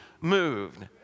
moved